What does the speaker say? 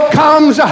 comes